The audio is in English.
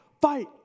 fight